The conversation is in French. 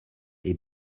est